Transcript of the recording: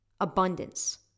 abundance